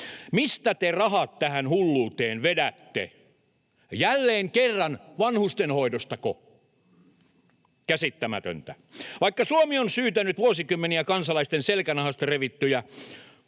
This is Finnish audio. Mistä te rahat tähän hulluuteen vedätte? Jälleen kerran vanhustenhoidostako? Käsittämätöntä. Vaikka Suomi on syytänyt vuosikymmeniä kansalaisten selkänahasta revittyjä